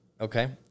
Okay